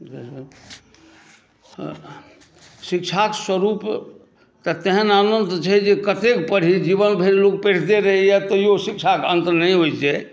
शिक्षाक स्वरूप तऽ तेहन आनन्द छै जे कतेक पढ़ी जीवन भरि लोक पढ़िते रहैए आ तैओ शिक्षाके अन्त नहि होइत छै